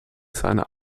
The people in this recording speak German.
seiner